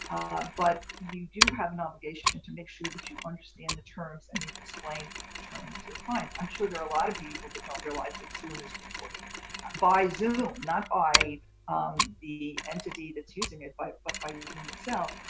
but you do have an obligation to to make sure that you understand the terms and you've explained the terms to the clients. i'm sure there are a lot of people that don't realize that zoom is recorded by zoom, not by um the entity that's using it, but by zoom itself.